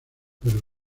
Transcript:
pero